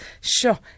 sure